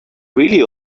really